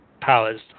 powers